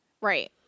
Right